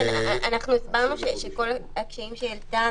אנחנו הסברנו שכל הדברים שהיא העלתה,